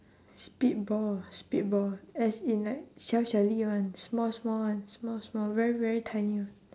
spit ball spit ball as in like 小小粒xiao xiao li [one] small small [one] small small very very tiny